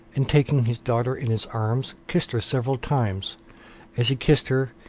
and taking his daughter in his arms, kissed her several times as he kissed her,